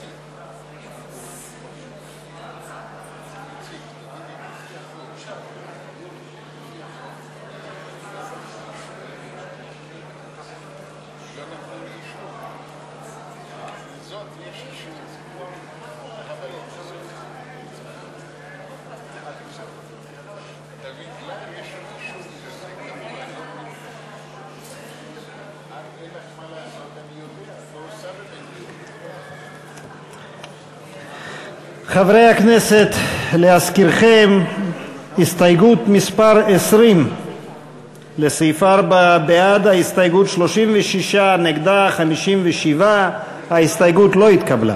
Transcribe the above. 57. ההסתייגות לא התקבלה.